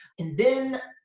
and then.